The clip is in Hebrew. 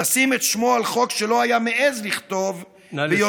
לשים את שמו על חוק שלא היה מעז לכתוב ביוזמתו,